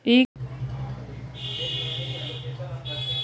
ई commerce का लक्ष्य क्या है?